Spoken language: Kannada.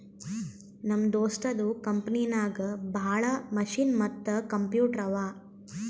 ನಮ್ ದೋಸ್ತದು ಕಂಪನಿನಾಗ್ ಭಾಳ ಮಷಿನ್ ಮತ್ತ ಕಂಪ್ಯೂಟರ್ ಅವಾ